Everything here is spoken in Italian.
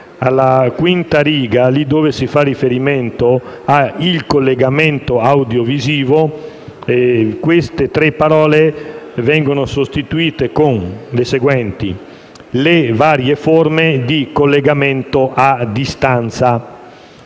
Alla quinta riga, laddove si fa riferimento a «il collegamento audiovisivo», queste parole vengono sostituite con le seguenti: «le varie forme di collegamento a distanza».